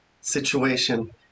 situation